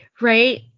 Right